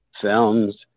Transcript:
films